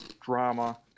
drama